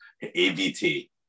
ABT